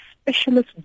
specialist